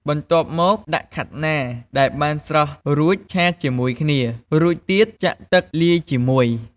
បន្ទាប់មកដាក់ខាត់ណា ដែលបានស្រុះរួចឆាជាមួយគ្នា រួចទៀតចាក់ទឹកលាយជាមួយ។